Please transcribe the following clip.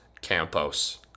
Campos